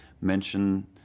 mention